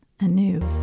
anew